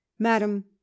madam